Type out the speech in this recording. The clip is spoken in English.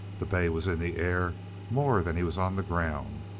the bay was in the air more than he was on the ground,